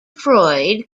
freud